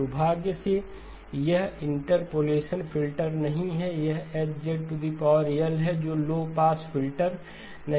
दुर्भाग्य से यह एक इंटरपोलेशन फ़िल्टर नहीं है यह H है जो लो पास फ़िल्टर नहीं है